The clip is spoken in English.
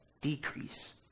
decrease